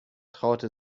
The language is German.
traute